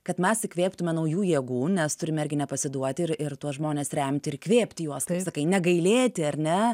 kad mes įkvėptume naujų jėgų nes turime irgi nepasiduoti ir ir tuos žmones remti ir įkvėpti juos kaip sakai negailėti ar ne